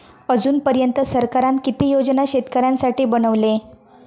अजून पर्यंत सरकारान किती योजना शेतकऱ्यांसाठी बनवले?